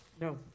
No